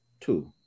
Two